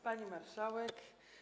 Pani Marszałek!